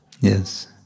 Yes